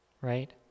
Right